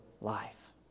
life